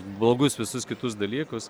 blogus visus kitus dalykus